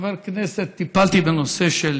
כחבר כנסת טיפלתי בנושא של